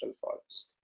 forest